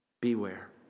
Beware